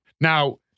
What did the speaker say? Now